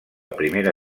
primera